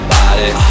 body